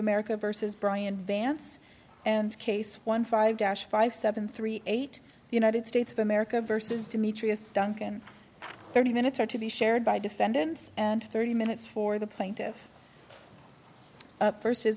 america versus brian vance and case one five dash five seven three eight united states of america versus demetrius duncan thirty minutes are to be shared by defendants and thirty minutes for the plaintiffs